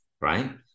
right